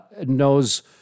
knows